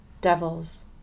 devils